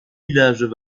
villages